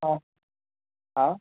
हा हा